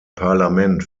parlament